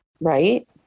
Right